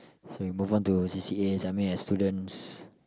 so move on to c_c_as I mean as students